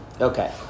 Okay